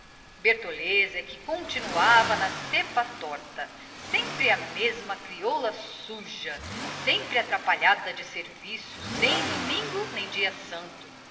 é que continuava na cepa torta sempre a mesma crioula suja sempre atrapalhada de serviço sem domingo nem dia santo